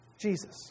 Jesus